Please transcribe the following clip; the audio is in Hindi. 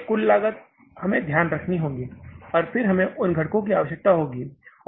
इसलिए कुल लागत हमें ध्यान में रखनी होगी और फिर हमें उन घटकों की आवश्यकता